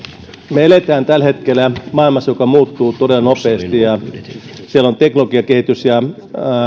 me elämme tällä hetkellä maailmassa joka muuttuu todella nopeasti ja siellä on teknologiakehitys ja